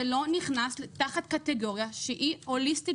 זה לא נכנס תחת קטגוריה שהיא הוליסטית